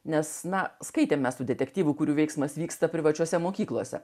nes na skaitė mes tų detektyvų kurių veiksmas vyksta privačiose mokyklose